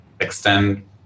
extend